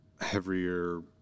heavier